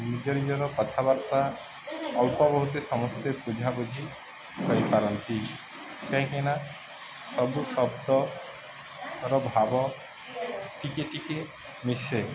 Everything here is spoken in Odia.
ନିଜ ନିଜର କଥାବାର୍ତ୍ତା ଅଳ୍ପ ବହୁତ ସମସ୍ତେ ବୁଝାବୁଝି ହୋଇପାରନ୍ତି କାହିଁକି ନା ସବୁ ଶବ୍ଦର ଭାବ ଟିକେ ଟିକେ ମିଶେ